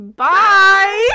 bye